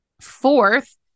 fourth